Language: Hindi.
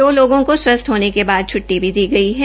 दो लोगों को स्वस्थ होने के बाद छूटटी भी दी गई है